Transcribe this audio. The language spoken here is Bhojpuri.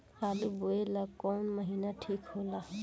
आलू बोए ला कवन महीना ठीक हो ला?